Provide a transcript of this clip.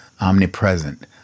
omnipresent